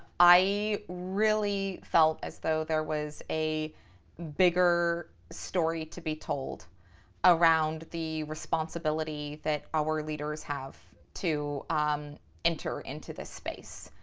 i really felt as though there was a bigger story to be told around the responsibility that our leaders have to um enter into this space.